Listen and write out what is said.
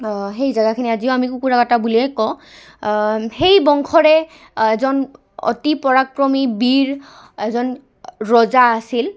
সেই জেগাখিনি আজিও আমি কুকুৰা কটা বুলিয়েই কওঁ সেই বংশৰে এজন অতি পৰাক্ৰমী বীৰ এজন ৰজা আছিল